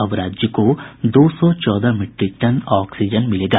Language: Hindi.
अब राज्य को दो सौ चौदह मीट्रिक टन ऑक्सीजन मिलेगा